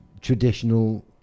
traditional